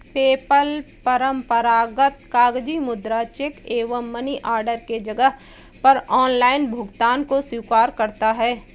PayPal परंपरागत कागजी मुद्रा, चेक एवं मनी ऑर्डर के जगह पर ऑनलाइन भुगतान को स्वीकार करता है